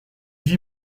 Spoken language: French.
vit